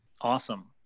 Awesome